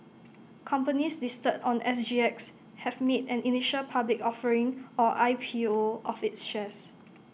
companies listed on S G X have made an initial public offering or I P O of its shares